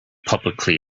publicly